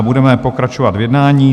Budeme pokračovat v jednání.